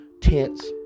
tents